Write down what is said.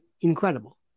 incredible